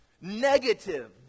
negative